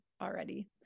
already